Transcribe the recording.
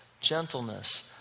gentleness